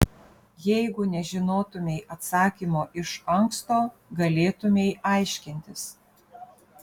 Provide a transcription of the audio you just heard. jeigu nežinotumei atsakymo iš anksto galėtumei aiškintis